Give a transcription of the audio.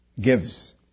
gives